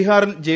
ബീഹാറിൽ ജെ